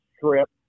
trip